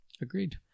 Agreed